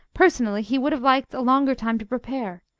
personally, he would have liked a longer time to prepare,